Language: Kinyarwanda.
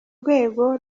rwego